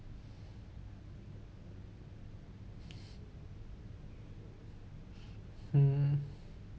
mm